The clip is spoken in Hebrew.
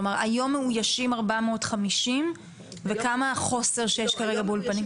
כלומר היום מאויישים 450 וכמה החוסר שיש כרגע באולפנים?